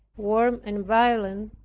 warm and violent,